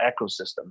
ecosystem